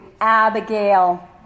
Abigail